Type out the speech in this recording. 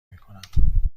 میکنم